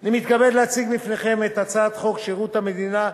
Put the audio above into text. אני מתכבד להציג בפניכם את הצעת חוק שירות המדינה (גמלאות)